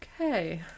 Okay